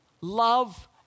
love